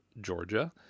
Georgia